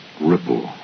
ripple